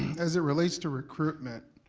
as it relates to recruitment,